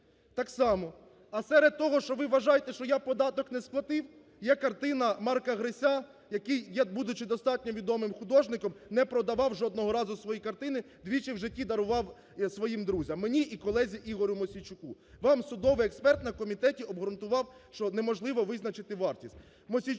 Так само, а серед того, що ви вважаєте, що я податок не сплатив, є картина Марка Греся, який, будучи достатньо відомим художником, не продавав жодного разу свої картини, двічі в житті дарував своїм друзям: мені і колезі Ігорю Мосійчуку. Вам судовий експерт на комітеті обґрунтував, що неможливо визначити вартість.